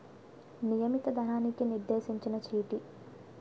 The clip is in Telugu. నియమిత ధనానికి నిర్దేశించిన చీటీ